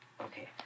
Okay